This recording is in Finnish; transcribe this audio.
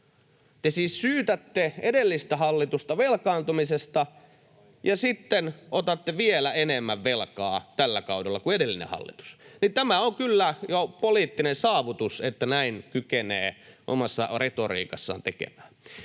Te siis syytätte edellistä hallitusta velkaantumisesta [Juho Eerola: Ja aiheesta!] ja sitten otatte vielä enemmän velkaa tällä kaudella kuin edellinen hallitus. Eli tämä on kyllä jo poliittinen saavutus, että näin kykenee omassa retoriikassaan tekemään.